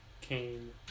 came